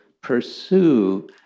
pursue